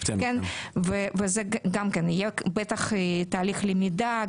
וזה גם כן יהיה בטח תהליך למידה.